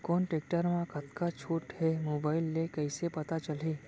कोन टेकटर म कतका छूट हे, मोबाईल ले कइसे पता चलही?